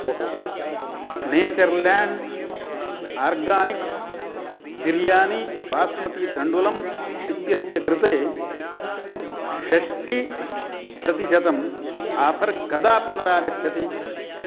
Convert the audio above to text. ओहो Nature Land Organics biryani basmati तण्डुलम् इत्यस्य कृते षष्ठिः प्रतिशतम् आफ़र् कदा पुनरागच्छति